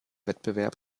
wettbewerb